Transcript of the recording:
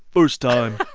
first time,